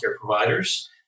providers